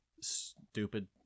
stupid